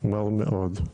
מר מאוד.